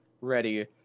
ready